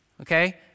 Okay